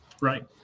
right